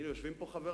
הנה, יושבים פה חברי.